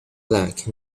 black